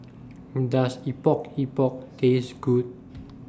Does Epok Epok Taste Good